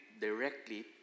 directly